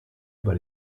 über